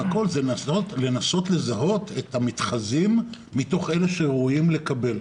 הוא לנסות לזהות את המתחזים מתוך אלו שראויים לקבל.